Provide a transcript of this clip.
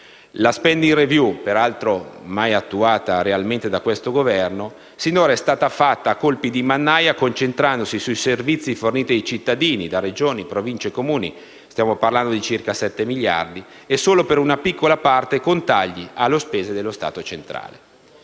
La *spending review*, peraltro mai realmente attuata dal Governo in carica, sinora è stata fatta a colpi di mannaia concentrandosi sui servizi forniti ai cittadini da Regioni, Province e Comuni (stiamo parlando di circa 7 miliardi) e solo per una piccola parte con tagli alle spese dello Stato centrale.